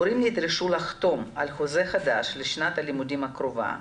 הורים נדרשו לחתום על חוזה חדש לשנת הלימודים הקרובה,